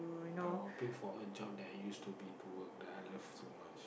I was hoping for a job that used to be to work that I loved so much